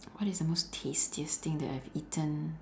what is the most tastiest thing that I have eaten